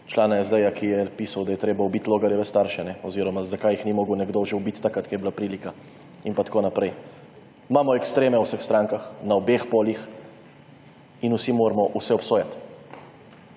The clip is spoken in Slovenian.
člana SD, ki je pisal, da je treba ubiti Logarjeve starše oziroma zakaj jih ni mogel nekdo že ubiti takrat, ko je bila prilika. In tako naprej. Imamo ekstreme v vseh strankah, na obeh poljih, in vsi moramo vse obsojati.